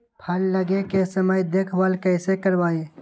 फल लगे के समय देखभाल कैसे करवाई?